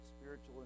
spiritual